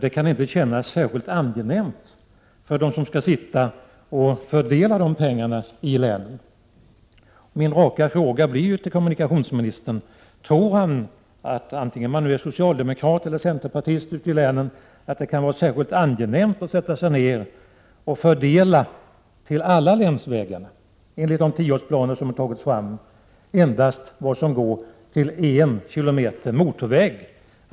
Det kan inte kännas särskilt angenämt för dem som skall sitta och fördela de pengarna i länen. Min raka fråga till kommunikationsministern blir: Tror han att det för vare sig socialdemokrater eller centerpartister ute i länen kan vara särskilt angenämt att sätta sig ned och fördela en summa till alla länsvägar, enligt de tioårsplaner som tagits fram; som endast räcker till en kilometer motorväg?